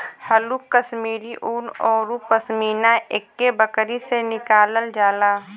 हल्लुक कश्मीरी उन औरु पसमिना एक्के बकरी से निकालल जाला